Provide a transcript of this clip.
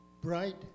bright